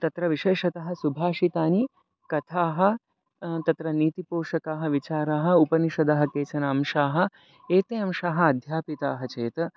तत्र विशेषतः सुभाषितानि कथाः तत्र नीतिपोषकाः विचाराः उपनिषदः केचन अंशाः एते अंशाः अध्यापिताः चेत्